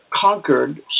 conquered